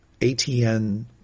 ATN